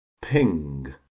ping